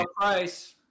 price